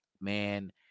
man